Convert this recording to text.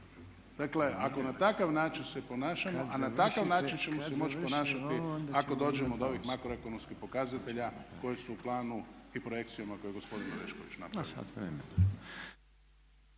Dakle ako na takav način se ponašamo, a na takav način ćemo se moći ponašati ako dođemo do ovih makroekonomskih pokazatelja koji su u planu i projekcijama koje je gospodin Oreškovih napravio.